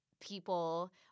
people